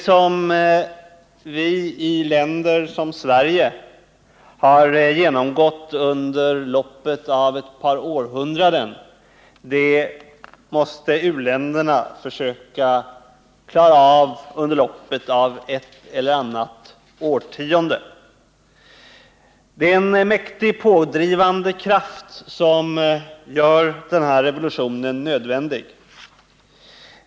Vad vi i länder som Sverige har genomgått under loppet av ett par århundraden måste u-länderna försöka klara av under loppet av ett eller annat årtionde. Det är en mäktig, pådrivande kraft som gör den här revolutionen nödvändig.